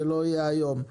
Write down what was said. זה לא יהיה היום.